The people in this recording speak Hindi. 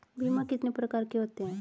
बीमा कितने प्रकार के होते हैं?